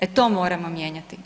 E to moramo mijenjati.